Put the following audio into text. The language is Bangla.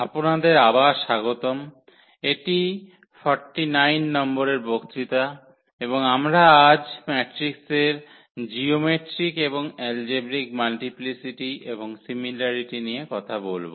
আপনাদের আবার স্বাগতম এটি 49 নম্বরের বক্তৃতা এবং আমরা আজ ম্যাট্রিক্সের জিওমেট্রিক এবং এলজেব্রিক মাল্টিপ্লিসিটি এবং সিমিলারিটি নিয়ে কথা বলব